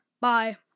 bye